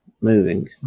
moving